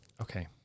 Okay